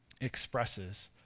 expresses